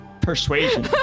Persuasion